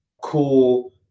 cool